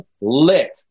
lick